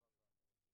אנחנו בתחילת הדרך,